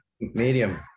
Medium